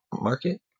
market